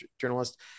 journalist